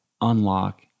unlock